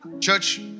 Church